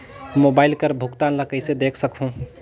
Mobile कर भुगतान ला कइसे देख सकहुं?